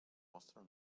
mostren